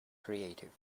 creative